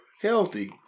healthy